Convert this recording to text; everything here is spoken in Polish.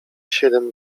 siedem